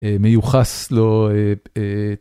מיוחס לו.